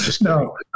No